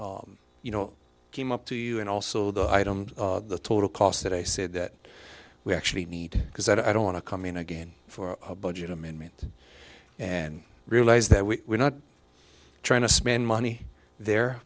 that you know came up to you and also the item the total cost that i said that we actually need because i don't want to come in again for a budget amendment and realize that we're not trying to spend money there